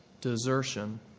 desertion